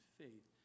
faith